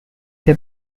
they